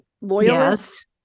loyalist